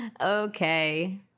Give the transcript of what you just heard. Okay